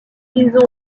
ils